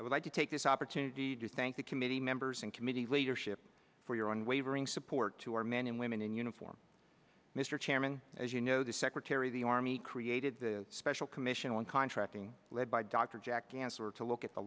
i would like to take this opportunity to thank the committee members and committee leadership for your unwavering support to our men and women in uniform mr chairman as you know the secretary of the army created the special commission on contracting led by dr jack vance were to look at the